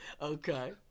okay